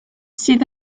sydd